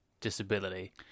disability